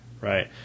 right